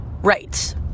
Right